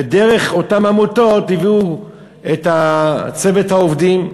ודרך אותן עמותות הביאו את צוות העובדים.